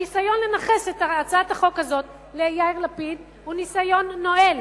הניסיון לנכס את הצעת החוק הזו ליאיר לפיד הוא ניסיון נואל.